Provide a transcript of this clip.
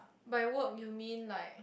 by work you mean like